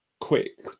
quick